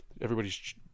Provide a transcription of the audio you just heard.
everybody's